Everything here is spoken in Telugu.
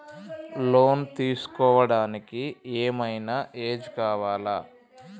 లోన్ తీస్కోవడానికి ఏం ఐనా ఏజ్ కావాలా?